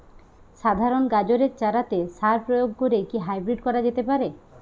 সাধারণ গাজরের চারাতে সার প্রয়োগ করে কি হাইব্রীড করা যেতে পারে?